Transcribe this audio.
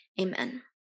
Amen